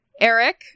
Eric